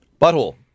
Butthole